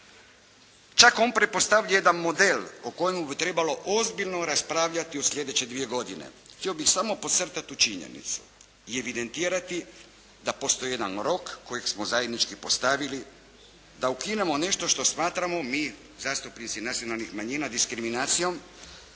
Čak on pretpostavlja jedan model o kojemu bi trebalo ozbiljno raspravljati u sljedeće dvije godine. Htio bih samo podcrtati tu činjenicu i evidentirati da postoji jedan rok kojeg smo zajednički postavili da ukinemo nešto što smatramo mi zastupnici nacionalnih manjina diskriminacijom